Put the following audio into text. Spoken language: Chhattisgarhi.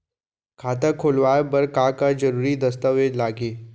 खाता खोलवाय बर का का जरूरी दस्तावेज लागही?